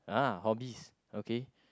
uh hobbies okay